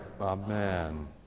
Amen